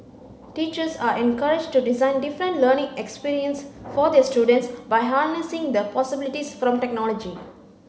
teachers are encouraged to design different learning experience for their students by harnessing the possibilities from technology